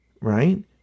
right